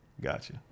gotcha